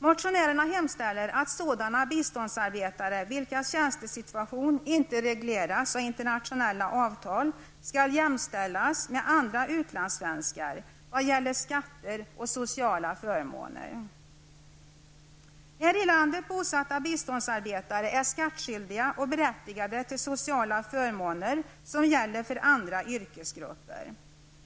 Motionärerna hemställer att sådana biståndsarbetare vilkas tjänstesituation inte regleras av internationella avtal skall jämställas med andra utlandssvenskar i vad gäller skatter och sociala förmåner. Här i landet bosatta biståndsarbetare är skattskyldiga och berättigade till sociala förmåner som gäller för andra yrkesgrupper.